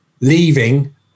leaving